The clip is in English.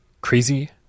Crazy